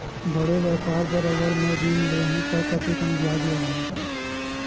बड़े व्यापार बर अगर मैं ऋण ले हू त कतेकन ब्याज लगही?